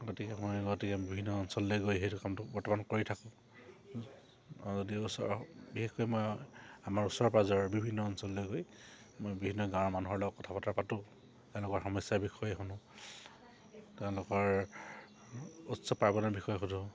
গতিকে মই গতিকে বিভিন্ন অঞ্চললৈ গৈ সেইটো কামটো বৰ্তমান কৰি থাকোঁ যদি ওচৰ বিশেষকৈ মই আমাৰ ওচৰ পাঁজৰে বিভিন্ন অঞ্চললৈ গৈ মই বিভিন্ন গাঁৱৰ মানুহৰ লগত কথা বতৰা পাতোঁ তেওঁলোকৰ সমস্যাৰ বিষয়ে শুনো তেওঁলোকৰ উৎসৱ পাৰ্বণৰ বিষয়ে শুধোঁ